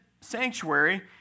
sanctuary